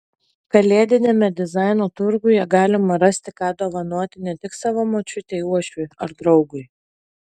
kalėdiniame dizaino turguje galima rasti ką dovanoti ne tik savo močiutei uošviui ar draugui